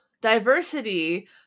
diversity